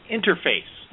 Interface